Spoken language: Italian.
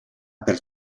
per